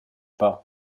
pas